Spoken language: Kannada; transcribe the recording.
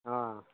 ಹಾಂ